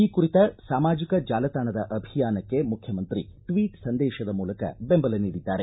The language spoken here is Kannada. ಈ ಕುರಿತ ಸಾಮಾಜಿಕ ಜಾಲತಾಣದ ಅಭಿಯಾನಕ್ಕೆ ಮುಖ್ಯಮಂತ್ರಿ ಟ್ವೀಟ್ ಸಂದೇಶದ ಮೂಲಕ ಬೆಂಬಲ ನೀಡಿದ್ದಾರೆ